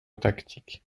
tactique